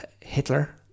Hitler